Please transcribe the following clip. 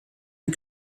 and